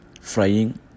frying